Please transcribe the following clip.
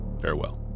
farewell